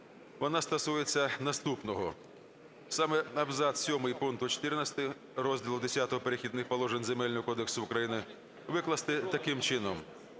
Вона стосується наступного, а саме: абзац сьомий пункту 14 розділу Х "Перехідних положень" Земельного кодексу України викласти таким чином: